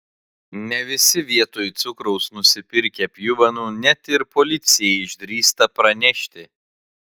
ne visi vietoj cukraus nusipirkę pjuvenų net ir policijai išdrįsta pranešti